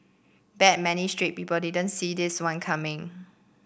bet many straight people didn't see this one coming